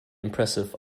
impressive